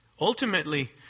Ultimately